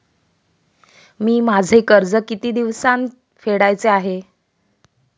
मी माझे कर्ज किती दिवसांत फेडायचे आहे?